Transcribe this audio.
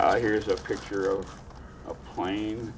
oh here's a picture of a plane